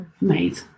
made